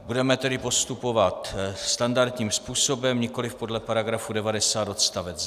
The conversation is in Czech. Budeme tedy postupovat standardním způsobem, nikoliv podle § 90 odst.